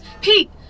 Pete